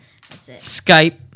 Skype